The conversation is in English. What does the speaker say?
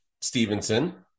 Stevenson